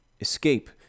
escape